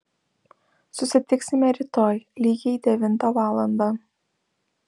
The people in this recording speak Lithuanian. susitiksime rytoj lygiai devintą valandą